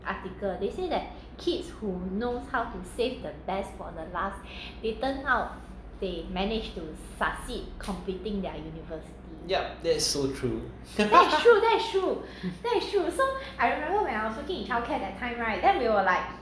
yup that's so true